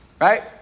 right